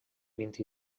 vint